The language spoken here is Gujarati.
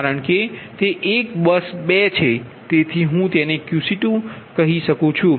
કારણ કે તે એક બસ 2 છે તેથી હુ તેને Qc2 કહી શકુ છુ